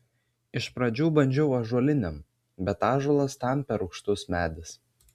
iš pradžių bandžiau ąžuolinėm bet ąžuolas tam per rūgštus medis